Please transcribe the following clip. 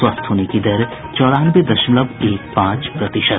स्वस्थ होने की दर चौरानवे दशमलव एक पांच प्रतिशत